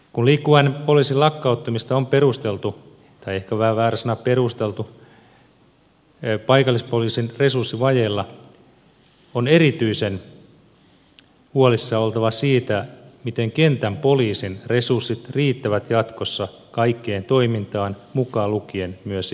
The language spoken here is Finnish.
kun liikkuvan poliisin lakkauttamista on perusteltu tai ehkä perusteltu on vähän väärä sana paikallispoliisin resurssivajeella on erityisen huolissaan oltava siitä miten kentän poliisin resurssit riittävät jatkossa kaikkeen toimintaan mukaan lukien myös liikenne